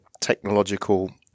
technological